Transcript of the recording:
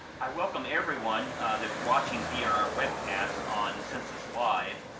i welcome everyone that's watching via our webcast on census live.